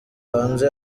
hanze